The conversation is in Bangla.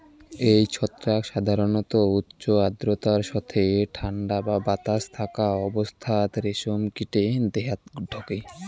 এই ছত্রাক সাধারণত উচ্চ আর্দ্রতার সথে ঠান্ডা বা বাতাস থাকা অবস্থাত রেশম কীটে দেহাত ঢকে